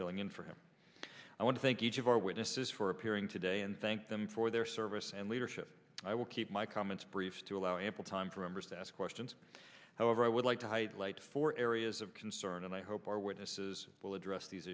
filling in for him i want to thank each of our witnesses for appearing today and thank them for their service and leadership i will keep my comments brief to allow ample time for members to ask question however i would like to hide light for areas of concern and i hope our witnesses will address these